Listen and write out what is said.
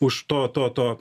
už to to to